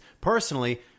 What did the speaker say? personally